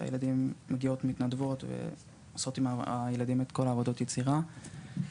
שמגיעות מתנדבות ועושות עם הילדים את כל עבודות היצירה.